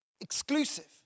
exclusive